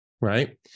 right